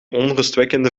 onrustwekkende